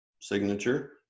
signature